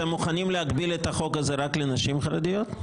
אתם מוכנים להגביל את החוק הזה רק לנשים חרדיות?